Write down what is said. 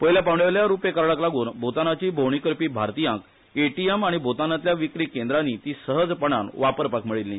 पयल्या पावण्यावेल्या रूपे कार्डाक लागून भूतानाची भोवणी करपी भारतीयांक एटीएम आनी भूतानातल्या विक्री केंद्रांनी ती सहजपणान वापरपाक मेळील्ली